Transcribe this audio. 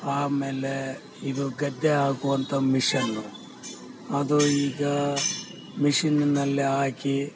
ಆಮೇಲೆ ಇದು ಗದ್ದೆ ಹಾಕುವಂತ ಮಿಷನ್ನು ಅದು ಈಗ ಮಿಷಿನ್ನಿನಲ್ಲೇ ಹಾಕಿ